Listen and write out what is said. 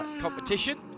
competition